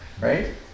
right